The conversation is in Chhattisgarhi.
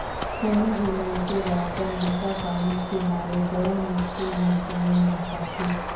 कोनो भी मइनसे ल अपन बूता काम के मारे बड़ा मुस्कुल में समे मिल पाथें